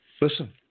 Listen